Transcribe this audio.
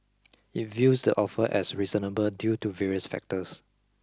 it views the offer as reasonable due to various factors